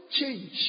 change